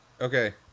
Okay